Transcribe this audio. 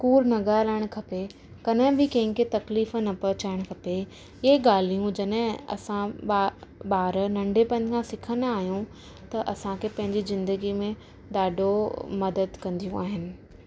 कूड़ न ॻाल्हाईण खपे कॾहिं बि कंहिंखे तकलीफ़ न पहुचाईणु खपे इहे ॻाल्हियुं जॾहिं असां ॿार नंढपिण खां सिखन्दा आहियूं त असांखे पंहिंजी ज़िंदगीअ में ॾाढो मदद कन्दियुं आहिनि